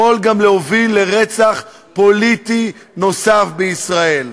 יכול גם להוביל לרצח פוליטי נוסף בישראל.